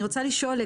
אני רוצה לשאול,